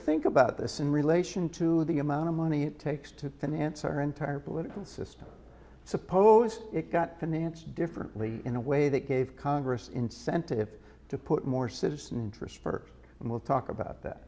think about this in relation to the amount of money it takes to finance our entire political system suppose it got finance differently in a way that gave congress incentive to put more citizen trust first and we'll talk about that